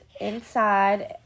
inside